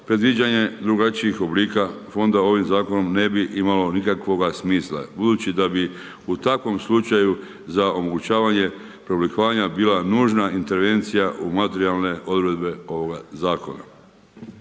predviđanje drugačijih oblika fondova ovim zakonom ne bi imao nikakvog smisla budući da bi u takvom slučaju za omogućavanje preoblikovanja bila nužna intervencija u materijalne odredbe ovoga zakona.